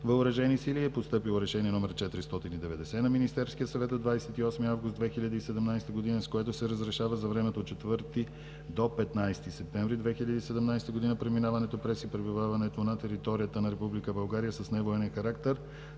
въоръжени сили е постъпило Решение № 490 на Министерския съвет от 28 август 2017 г., с което се разрешава за времето от 4 до 15 септември 2017 г. преминаването през и пребиваването на територията на Република България с невоенен характер